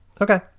Okay